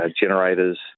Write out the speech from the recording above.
generators